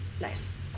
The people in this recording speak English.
Nice